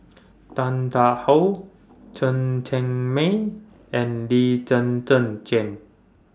Tan Tarn How Chen Cheng Mei and Lee Zhen Zhen Jane